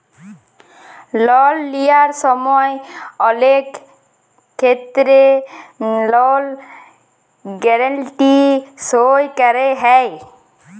লল লিঁয়ার সময় অলেক খেত্তেরে লল গ্যারেলটি সই ক্যরা হয়